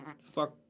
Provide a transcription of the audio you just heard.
Fuck